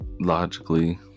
logically